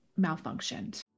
malfunctioned